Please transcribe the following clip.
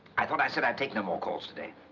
i thought i said i'd take no more calls today.